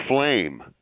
flame